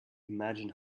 imagined